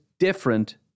Different